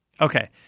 Okay